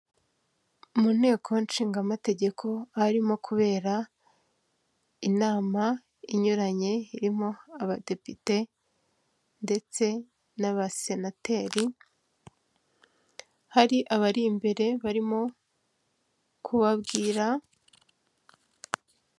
Mu Nteko Nshingamategeko harimo kubera inama inyuranye, irimo Abadepite ndetse n'Abasenateri, hari abari imbere barimo kubabwira.